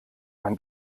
man